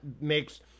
makes